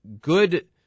Good